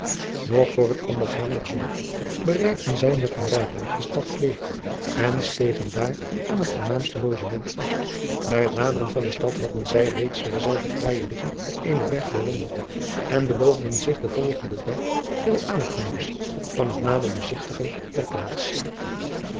og voor het ondergaan der zon bereikten zij met een rijtuig de stad leef en stegen daar aan het voornaamste driaan oosjes zn et leven van aurits ijnslager ogement af ij het naderen van de stad hadden zij reeds derzelver fraaije ligging op eenen berg bewonderd en beloofden zich den volgenden dag veel aangenaams van het nader bezigtigen der plaats